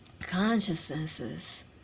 consciousnesses